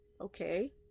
okay